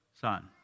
son